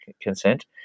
consent